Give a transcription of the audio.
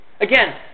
Again